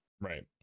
right